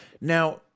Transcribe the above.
now